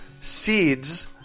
seeds